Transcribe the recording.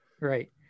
Right